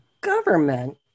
government